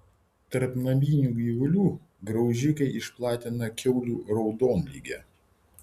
tarp naminių gyvulių graužikai išplatina kiaulių raudonligę